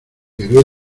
pero